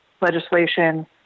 legislation